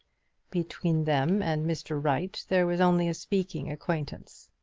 between them and mr. wright there was only a speaking acquaintance.